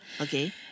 Okay